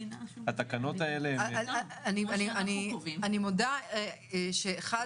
התקנות האלה הן --- אני מודה שזה